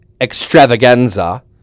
extravaganza